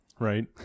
Right